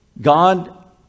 God